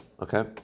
okay